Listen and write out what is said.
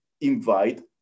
invite